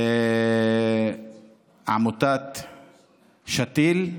עמותת שתי"ל,